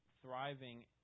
thriving